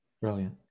brilliant